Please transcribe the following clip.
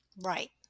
Right